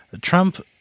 Trump